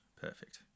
perfect